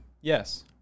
Yes